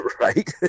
right